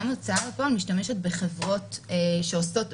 ההוצאה לפועל משתמשות בחברות חיצוניות,